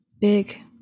big